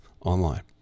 online